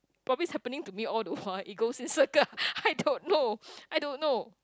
probably happening to me all the while it goes in circle I don't know I don't know